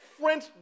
French